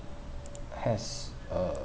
has uh